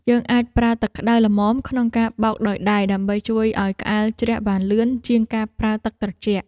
យើងអាចប្រើទឹកក្តៅល្មមក្នុងការបោកដោយដៃដើម្បីជួយឱ្យក្អែលជ្រះបានលឿនជាងការប្រើទឹកត្រជាក់។